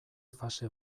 fase